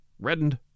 REDDENED